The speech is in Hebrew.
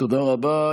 תודה רבה.